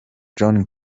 john